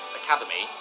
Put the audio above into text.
academy